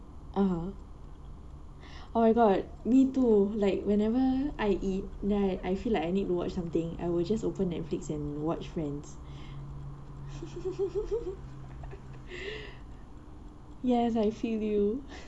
oh oh my god me too like whenever I eat then like I feel like I need to watch something I will just opened netflix and watch friends yes I feel you